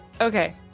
Okay